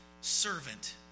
servant